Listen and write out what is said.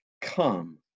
Come